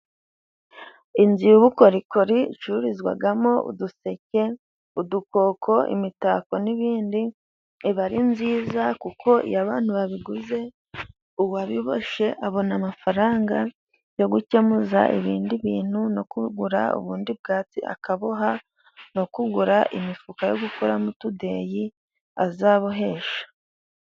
Inzu y'ubukorikori icururizwagamo uduseke, udukoko, imitako n'ibindi, iba ari nziza kuko iyo abantu babiguze, uwabiboshye abona amafaranga yo gukemuza ibindi bintu no kugura ubundi bwatsi akaboha no kugura imifuka yo gukoramo utudeyi azabohesha.